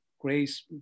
grace